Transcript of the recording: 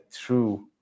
true